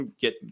get